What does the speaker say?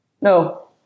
No